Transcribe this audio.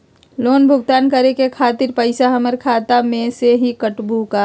Loan भुगतान करे के खातिर पैसा हमर खाता में से ही काटबहु का?